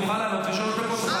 תוכל לעלות לשלוש דקות.